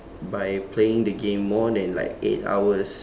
by playing the game more than like eight hours